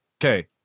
Okay